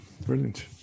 Brilliant